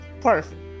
perfect